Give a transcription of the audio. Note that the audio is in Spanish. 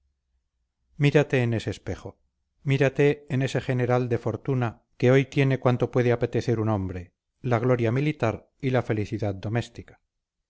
mírate en ese espejo mírate en ese general de fortuna que hoy tiene cuanto puede apetecer un hombre la gloria militar y la felicidad doméstica